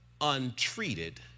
untreated